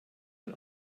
mal